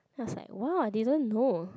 then was like !wah! they don't know